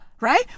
Right